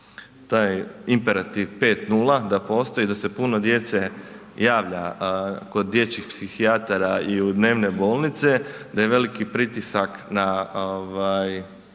taj imperativ 5,0 da postoji, da se puno djece javlja kod dječjih psihijatara i u dnevne bolnice, da je veliki pritisak na